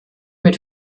mit